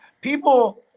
people